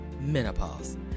menopause